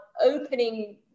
opening